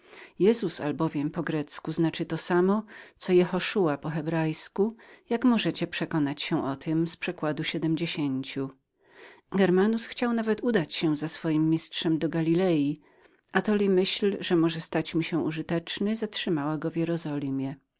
jezus albowiem po grecku znaczy to samo co jehoszuah po hebrajsku jak możecie przekonać się o tem z przekładu siedmdziesięciu germanus chciał nawet udać się za swoim mistrzem do galilei atoli myśl że może stać mi się użytecznym zatrzymała go